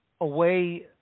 away